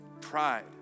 Pride